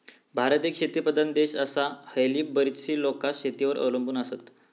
भारत एक शेतीप्रधान देश आसा, हयली बरीचशी लोकां शेतीवर अवलंबून आसत